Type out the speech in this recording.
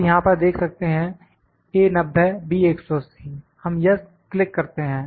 आप यहां पर देख सकते हैं A 90 B 180 हम यस क्लिक करते हैं